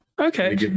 Okay